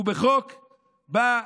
הוא בחוק בא,